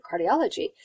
cardiology